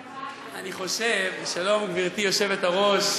שלום, גברתי היושבת-ראש,